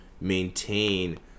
maintain